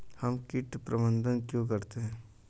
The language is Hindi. हम कीट प्रबंधन क्यों करते हैं?